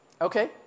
Okay